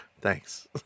Thanks